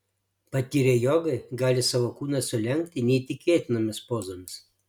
patyrę jogai gali savo kūną sulenkti neįtikėtinomis pozomis